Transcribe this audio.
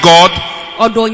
God